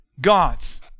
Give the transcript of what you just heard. gods